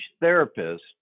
therapist